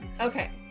Okay